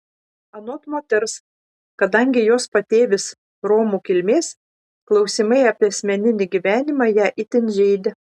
anot moters kadangi jos patėvis romų kilmės klausimai apie asmeninį gyvenimą ją itin žeidė